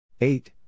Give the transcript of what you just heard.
Eight